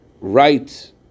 right